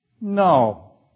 No